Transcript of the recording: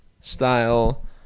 style